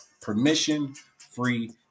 permission-free